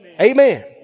amen